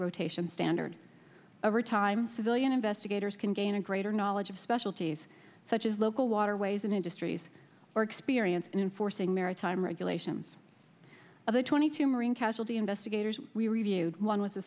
rotation standard over time civilian investigators can gain a greater knowledge of specialties such as local waterways and industries or experience in enforcing maritime regulations of the twenty two marine casualty investigators we reviewed one with